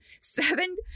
Seven